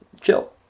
chill